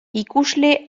ikusle